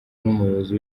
n’umuyobozi